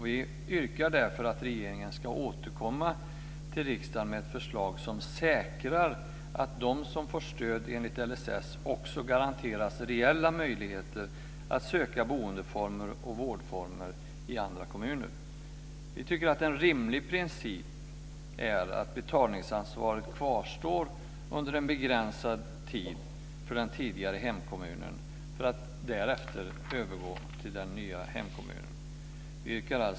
Vi yrkar därför att regeringen ska återkomma till riksdagen med ett förslag som säkrar att de som får stöd enligt LSS också garanteras reella möjligheter att söka boendeoch vårdformer i andra kommuner. Vi tycker att en rimlig princip är att betalningsansvaret kvarstår under en begränsad tid för den tidigare hemkommunen för att därefter övergå till den nya hemkommunen.